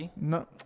no